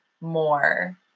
more